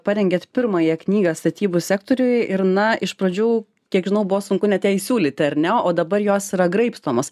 parengėt pirmąją knygą statybų sektoriui ir na iš pradžių kiek žinau buvo sunku net ją įsiūlyti ar ne o dabar jos yra graibstomos